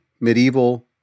medieval